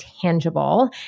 tangible